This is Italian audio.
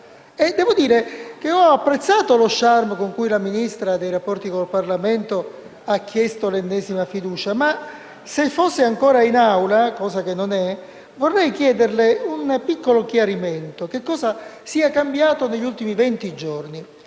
Devo dire che ho apprezzato lo *charme* con cui la Ministra per i rapporti con il Parlamento ha chiesto l'ennesima fiducia. Ma, se fosse ancora in Aula (cosa che non è), vorrei chiederle un piccolo chiarimento, cioè vorrei chiederle cosa sia cambiato negli ultimi venti giorni.